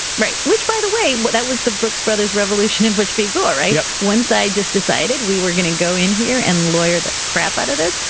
right. which by the way, that was the brooks brothers revolution in bush v. gore, right? once side just decided we were going to go in here and lawyer the crap out of this,